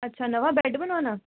ਅੱਛਾ ਨਵਾਂ ਬੈਡ ਬਣਾਉਣਾ